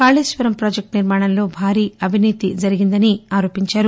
Kaleshwaram project నిర్మాణంలో భారీ అవినీతి జరిగిందని ఆరోపించారు